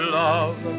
love